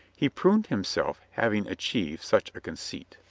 he pruned himself having achieved such a conceit.